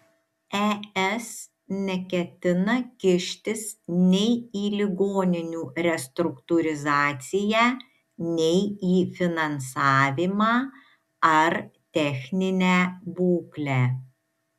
es neketina kištis nei į ligoninių restruktūrizaciją nei į finansavimą ar techninę būklę